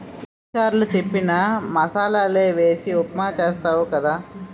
ఎన్ని సారులు చెప్పిన మసాలలే వేసి ఉప్మా చేస్తావు కదా